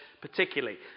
particularly